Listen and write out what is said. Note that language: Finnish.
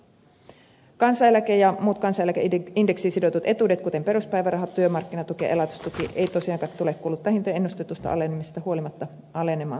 kansaneläke ja muut kansaneläkeindeksiin sidotut etuudet kuten peruspäiväraha työmarkkinatuki ja elatustuki eivät tosiaankaan tule kuluttajahintojen ennustetusta alenemisesta huolimatta alenemaan ensi vuonna